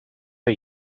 are